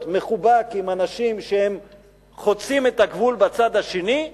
מחובק עם אנשים שהם חוצים את הגבול בצד השני,